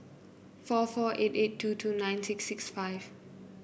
four four eight eight two two nine six six five